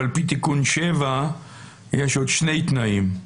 על פי תיקון 7 יש עוד שני תנאים.